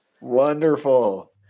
wonderful